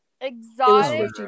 Exotic